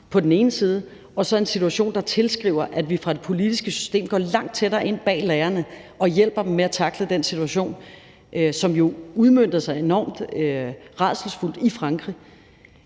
på den ene side, og så en situation, der tilskriver, at vi fra det politiske systems side går langt tættere ind bag lærerne og hjælper dem med at tackle den situation, som jo udmønter sig enormt rædselsfuldt i Frankrig.